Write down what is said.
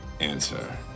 answer